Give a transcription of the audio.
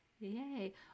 Yay